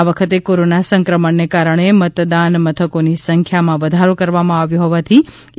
આ વખતે કોરોના સંક્રમણને કારણે મતદાનમથકોની સંખ્યામાં વધારો કરવામાં આવ્યો હોવાથી ઈ